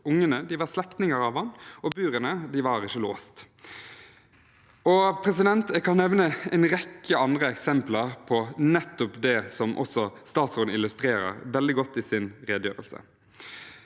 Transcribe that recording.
Ungene var slektninger av ham, og buret var ikke låst. Jeg kan nevne en rekke andre eksempler på nettopp det som også statsråden illustrerer veldig godt i sin redegjørelse.